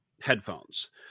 headphones